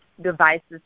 devices